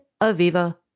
Aviva